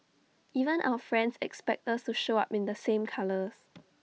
even our friends expect us to show up in the same colours